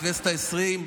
בכנסת העשרים,